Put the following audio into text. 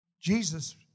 Jesus